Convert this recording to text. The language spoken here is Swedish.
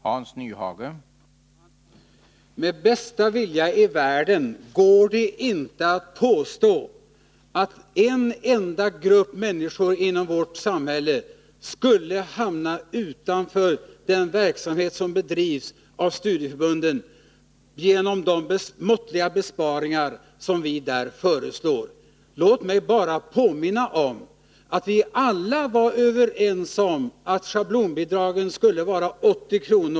Herr talman! Med bästa vilja i världen tror jag inte att det går att påstå att en enda grupp människor inom vårt samhälle skulle hamna utanför den verksamhet som bedrivs av studieförbunden genom de måttliga besparingar som vi föreslår. Låt mig bara påminna om att vi alla var överens om att schablonbidragen skulle vara 80 kr.